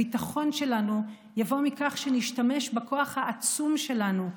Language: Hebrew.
הביטחון שלנו יבוא מכך שנשתמש בכוח העצום שלנו,